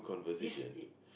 this is